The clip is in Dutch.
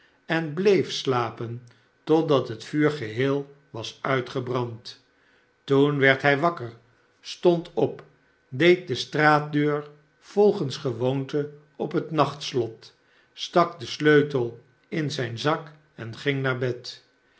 en bleef slapen totdat het vuur geheel was uitgebrand toen werd hij wakker stond op deed de straatdeur volgens gewoonte op het nachtslot stak den sleutel in zijn zak en ging naar bed